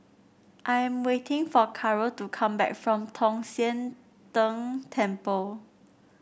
I am waiting for Caro to come back from Tong Sian Tng Temple